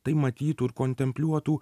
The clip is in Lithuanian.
tai matytų ir kontempliuotų